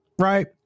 Right